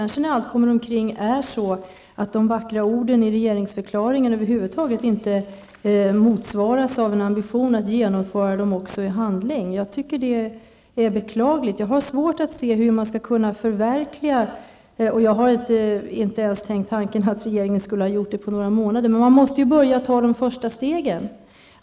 När allt kommer omkring kanske de vackra orden i regeringsförklaringen över huvud taget inte motsvaras av någon ambition att genomföra dem i handling. Det är beklagligt. Jag har svårt att se hur man skall kunna förverkliga detta i så fall. Jag har inte ens tänkt tanken att regeringen skulle kunna göra detta på några månader. Men man måste börja med att ta de första stegen.